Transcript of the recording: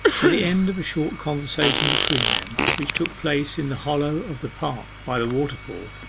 at the end of a short conversation between them, which took place in the hollow of the park by the waterfall,